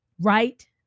right